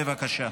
בבקשה.